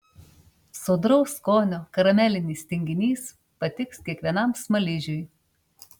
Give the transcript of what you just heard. sodraus skonio karamelinis tinginys patiks kiekvienam smaližiui